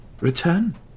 return